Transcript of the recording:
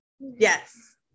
Yes